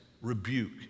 rebuke